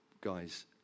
guys